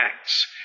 Acts